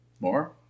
More